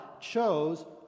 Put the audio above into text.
chose